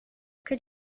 que